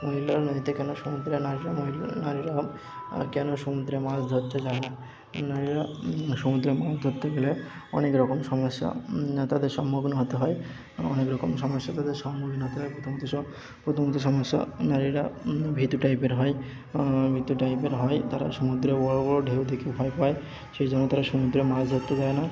মহিলারা নদীতে কেন সমুদ্রে নারীরা মহিলা নারীরা আর কেন সমুদ্রে মাছ ধরতে যায় না নারীরা সমুদ্রে মাছ ধরতে গেলে অনেক রকম সমস্যা তাদের সম্মুখীন হতে হয় অনেক রকম সমস্যা তাদের সম্মুখীন হতে হয় প্রথমত সব প্রথমত সমস্যা নারীরা ভীতু টাইপের হয় ভীতু টাইপের হয় তারা সমুদ্রে বড় বড় ঢেউ থেকে ভয় পায় সেই জন্য তারা সমুদ্রে মাছ ধরতে যায় না